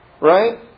Right